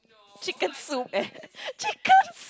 chicken soup eh chickens